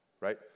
right